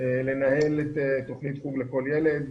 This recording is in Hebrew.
לנהל את תוכנית חוג לכל ילד,